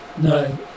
No